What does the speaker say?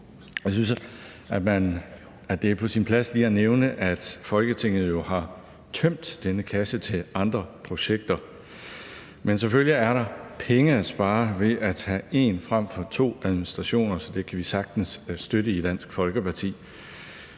der bliver betalt ind til ved byfornyelse, at Folketinget jo har tømt denne kasse til andre projekter. Men selvfølgelig er der penge at spare ved at have én frem for to administrationer, så det kan vi i Dansk Folkeparti